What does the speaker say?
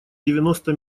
девяносто